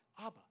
Abba